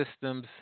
Systems